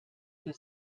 für